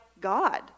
God